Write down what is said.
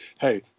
hey